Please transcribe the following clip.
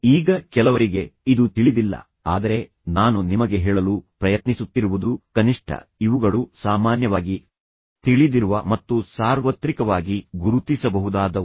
ಈಗ ಕೆಲವರಿಗೆ ಇದು ತಿಳಿದಿಲ್ಲ ಆದರೆ ನಾನು ನಿಮಗೆ ಹೇಳಲು ಪ್ರಯತ್ನಿಸುತ್ತಿರುವುದು ಕನಿಷ್ಠ ಇವುಗಳು ಸಾಮಾನ್ಯವಾಗಿ ತಿಳಿದಿರುವ ಮತ್ತು ಸಾರ್ವತ್ರಿಕವಾಗಿ ಗುರುತಿಸಬಹುದಾದವು